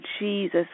Jesus